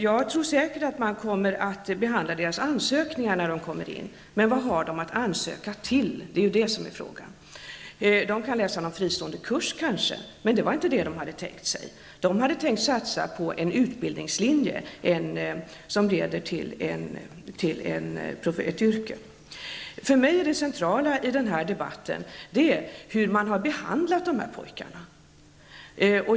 Jag tror säkert att man kommer att behandla ansökningarna -- men vad har de att ansöka till? Det är den frågan jag ställer. De kan kanske läsa en fristående kurs, men det var inte detta de hade tänkt sig. De hade tänkt sig att satsa på en utbildningslinje som leder till ett yrke. För mig är det centrala i debatten hur man har behandlat dessa pojkar.